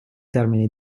termini